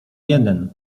jeden